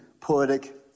poetic